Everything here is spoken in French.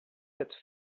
cette